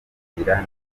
kugira